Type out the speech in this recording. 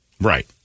Right